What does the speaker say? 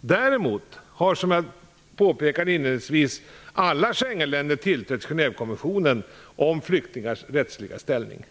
Däremot har, som jag påpekade inledningsvis, alla Schengenländer tillträtt Genèvekonventionen om flyktingars rättsliga ställning.